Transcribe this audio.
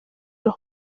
los